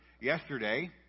yesterday